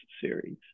series